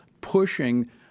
pushing